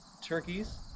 turkeys